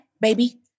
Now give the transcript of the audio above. baby